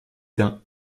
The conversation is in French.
d’un